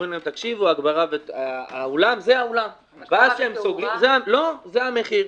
אומרים להם: זה האולם, זה המחיר.